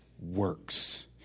works